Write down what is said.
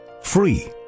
free